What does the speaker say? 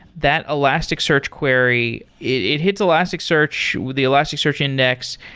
that elasticsearch query, it it hits elasticsearch, with the elasticsearch index,